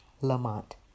Lamont